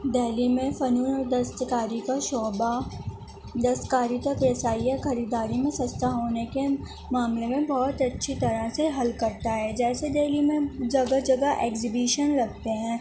دہلی میں فنون اور دستکاری کا شعبہ دستکاری کا کیسا ہی ہے خریداری میں سستا ہونے کے معاملے میں بہت اچھی طرح سے حل کرتا ہے جیسے دہلی میں جگہ جگہ ایگزیبیشن لگتے ہیں